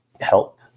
help